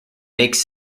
makes